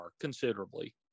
considerably